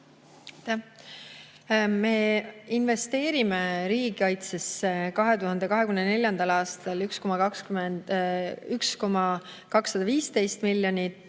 Me investeerime riigikaitsesse 2024. aastal 1,215 miljardit;